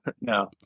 no